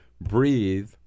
breathe